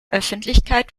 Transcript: öffentlichkeit